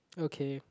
okay